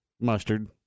Mustard